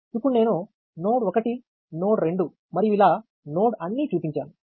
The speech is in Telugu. ఇప్పుడు నేను నోడ్ 1 నోడ్ 2 మరియు ఇలా నోడ్ అన్ని చూపించాను